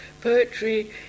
poetry